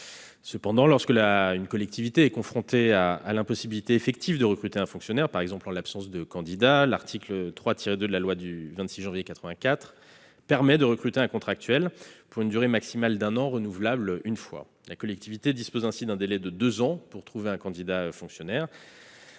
Cependant, lorsqu'une collectivité est confrontée à l'impossibilité effective de recruter un fonctionnaire, en l'absence de candidats, par exemple, l'article 3-2 de la loi du 26 janvier 1984 permet de recruter un contractuel pour une durée maximale d'un an renouvelable une fois. La collectivité dispose ainsi d'un délai de deux ans pour trouver un candidat fonctionnaire